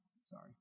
sorry